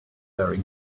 very